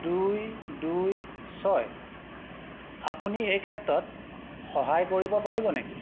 দুই দুই ছয় আপুনি এই ক্ষেত্ৰত সহায় কৰিব পাৰিব নেকি